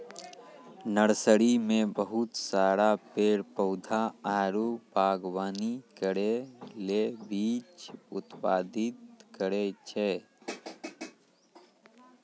nursery मे बहुत सारा पेड़ पौधा आरु वागवानी करै ले बीज उत्पादित करै छै